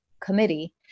committee